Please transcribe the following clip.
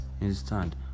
understand